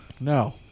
No